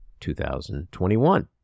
2021